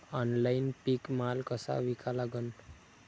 Online पीक माल कसा विका लागन?